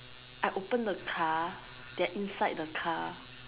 I open the car their inside the car